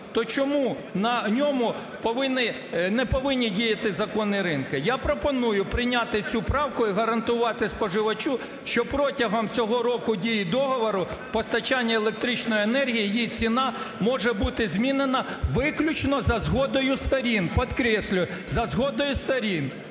то чому на ньому не повинні діяти закону ринку? Я пропоную прийняти цю правку і гарантувати споживачу, що протягом всього року дії договору постачання електричної енергії, її ціна може бути змінена виключно за згодою сторін, підкреслюю, за згодою сторін.